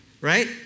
Right